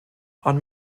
ond